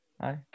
Hi